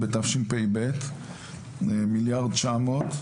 בתשפ"ב - מיליארד תשע מאות,